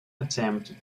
attempt